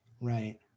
Right